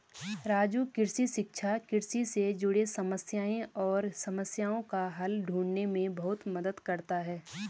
राजू कृषि शिक्षा कृषि से जुड़े समस्याएं और समस्याओं का हल ढूंढने में बहुत मदद करता है